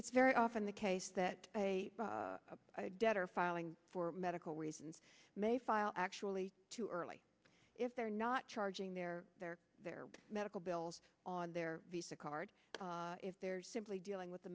it's very often the case that a debtor filing for medical reasons may file actually too early if they're not charging their their their medical bills on their visa card if they're simply dealing with the